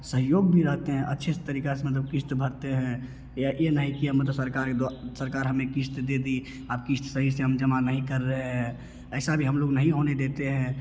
सहयोग भी रहते हैं अच्छे तरीक़ा से मतलब क़िश्त भरते हैं या ए नहीं किया मतलब सरकारी दो सरकार हमें क़िश्त दे दी अब क़िश्त सही से हम जमा नहीं कर रहे है ऐसा भी हम लोग नहीं होने देते है